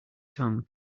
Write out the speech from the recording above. tongue